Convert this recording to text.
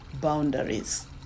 boundaries